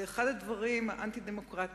זה אחד הדברים האנטי-דמוקרטיים,